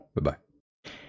Bye-bye